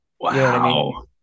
Wow